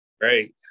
great